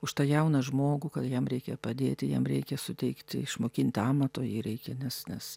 už tą jauną žmogų kad jam reikia padėti jam reikia suteikti išmokinti amato jį reikia nes nes